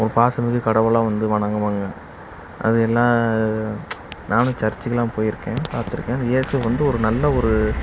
ஒரு பாசமிகு கடவுளாக வந்து வணங்குவாங்க அது எல்லாம் நானும் சர்ச்சுக்கெல்லாம் போயிருக்கேன் பார்த்திருக்கேன் ஏசு வந்து ஒரு நல்ல ஒரு